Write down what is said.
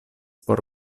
por